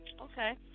Okay